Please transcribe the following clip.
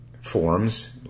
forms